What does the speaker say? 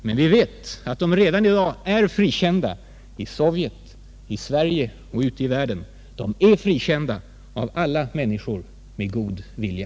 Men vi vet att de redan i dag är frikända i Sovjet, i Sverige och ute i världen — av alla människor med god vilja.